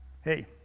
Hey